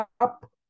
up